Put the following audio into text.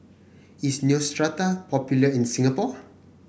is Neostrata popular in Singapore